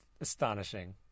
astonishing